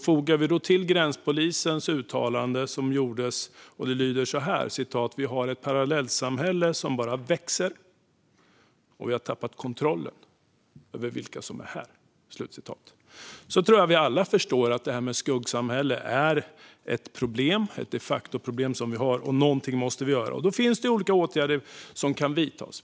Lägg till detta följande uttalande från gränspolisen: "Vi har ett parallellsamhälle som bara växer och vi har tappat kontrollen över vilka som är här." Då tror jag att vi alla förstår att detta med skuggsamhället är ett de facto-problem som vi har och att vi måste göra något. Då finns det olika åtgärder som kan vidtas.